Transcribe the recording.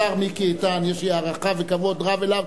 השר מיקי איתן, יש לי הערכה וכבוד רב אליו.